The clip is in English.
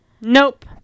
Nope